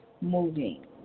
Moving